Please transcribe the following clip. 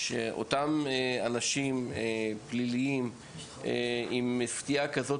שאותם אנשים פליליים עם סטייה כזאת